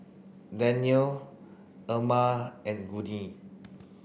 Danyell Erma and Gurney